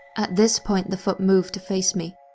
at this point the foot moved to face me.